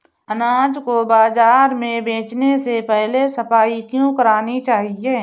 अनाज को बाजार में बेचने से पहले सफाई क्यो करानी चाहिए?